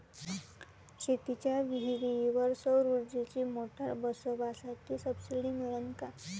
शेतीच्या विहीरीवर सौर ऊर्जेची मोटार बसवासाठी सबसीडी मिळन का?